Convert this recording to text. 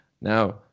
Now